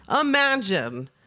imagine